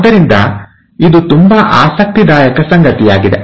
ಆದ್ದರಿಂದ ಇದು ತುಂಬಾ ಆಸಕ್ತಿದಾಯಕ ಸಂಗತಿಯಾಗಿದೆ